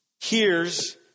hears